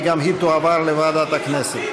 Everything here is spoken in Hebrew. וגם היא תועבר לוועדת הכנסת.